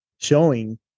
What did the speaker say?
showing